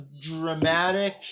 dramatic